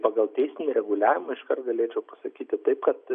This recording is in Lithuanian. pagal teisinį reguliavimą iškart galėčiau pasakyti taip kad